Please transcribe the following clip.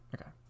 okay